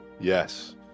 Yes